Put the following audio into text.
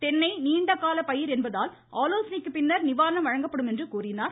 தென்னை நீண்ட கால பயிர் என்பதால் ஆலோசனைக்கு பின்னர் நிவாரணம் வழங்கப்படும் என்றார்